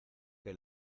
que